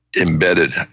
embedded –